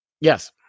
Yes